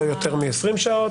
לא יותר מ-20 שעות,